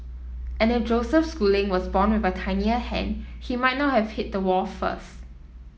and if Joseph Schooling was born with a tinier hand he might not have hit the wall first